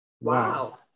Wow